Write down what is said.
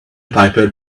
piper